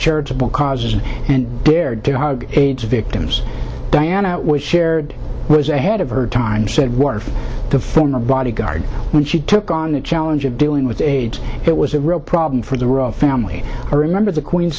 charitable causes and dared to hug aids victims diana was shared was ahead of her time said word the former bodyguard when she took on the challenge of dealing with aids it was a real problem for the royal family i remember the queen